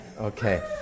Okay